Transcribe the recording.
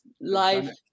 life